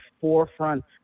forefront